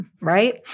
Right